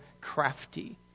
crafty